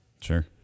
Sure